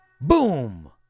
Boom